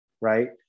right